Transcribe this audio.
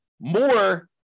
more